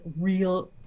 real